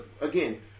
again